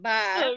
Bye